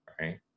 right